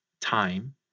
time